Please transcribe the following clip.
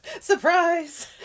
surprise